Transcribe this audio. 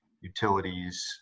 utilities